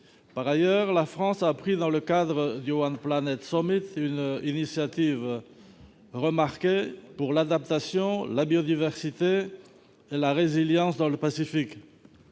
Par ailleurs, la France a pris, dans le cadre du, une initiative remarquée pour l'adaptation, la biodiversité et la résilience dans le Pacifique.